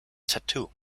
tattoo